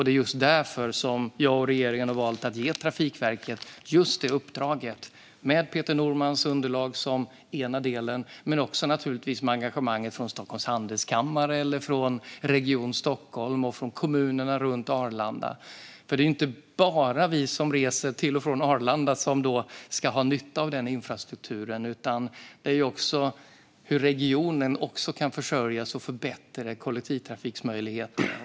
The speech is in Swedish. Det är just därför jag och regeringen har valt att ge Trafikverket det uppdraget. Peter Normans underlag är en del i det men naturligtvis också engagemanget från Stockholms Handelskammare, Region Stockholm och kommunerna runt Arlanda. Det är nämligen inte bara vi som reser till och från Arlanda som ska ha nytta av den infrastrukturen. Det handlar också om hur regionen kan försörjas och få bättre kollektivtrafikmöjligheter.